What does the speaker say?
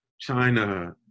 China